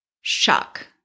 Shock